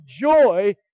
joy